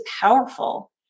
powerful